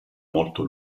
molto